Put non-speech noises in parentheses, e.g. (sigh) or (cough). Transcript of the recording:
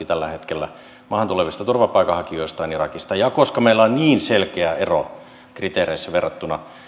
(unintelligible) tällä hetkellä maahan tulevista turvapaikanhakijoista on irakista koska meillä on niin selkeä ero kriteereissä verrattuna muihin